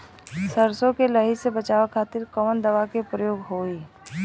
सरसो के लही से बचावे के खातिर कवन दवा के प्रयोग होई?